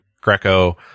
Greco